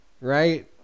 right